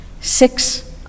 six